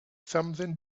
something